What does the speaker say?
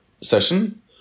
session